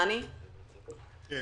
אתה